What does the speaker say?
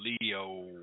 Leo